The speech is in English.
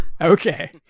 Okay